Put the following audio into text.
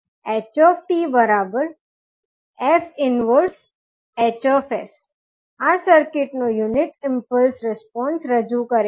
તેથી ℎ𝑡 f 1𝐻𝑠 આ circuit નો યુનિટ ઈમ્પલ્સ રિસ્પોન્સ રજૂ કરે છે